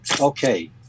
Okay